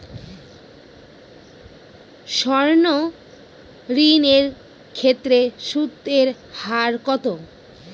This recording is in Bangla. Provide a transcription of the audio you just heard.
সর্ণ ঋণ এর ক্ষেত্রে সুদ এর হার কত?